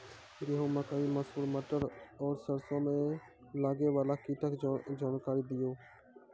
गेहूँ, मकई, मसूर, मटर आर सरसों मे लागै वाला कीटक जानकरी दियो?